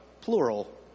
plural